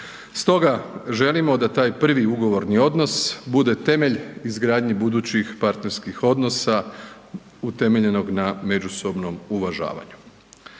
Stoga želimo da taj prvi ugovorni odnos bude temelj izgradnji budućih partnerskih odnosa utemeljenog na međusobnom uvažavanju.